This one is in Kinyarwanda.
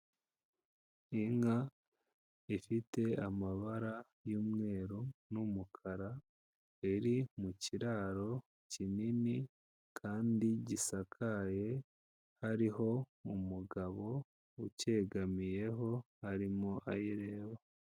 Inka ifite amabara y'umweru n'umukara, iri mu kiraro kinini kandi gisakaye, hariho umugabo ucyegamiyeho arimo ayireba.